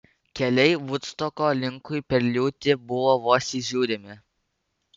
keliai vudstoko linkui per liūtį buvo vos įžiūrimi